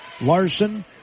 Larson